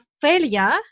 failure